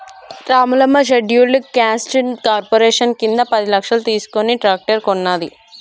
Ramulamma scheduled caste corporation కింద పది లక్షలు తీసుకుని ట్రాక్టర్ కొన్నది